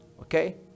okay